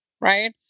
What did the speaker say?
right